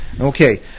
Okay